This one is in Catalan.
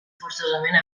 forçosament